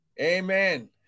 Amen